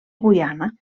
guyana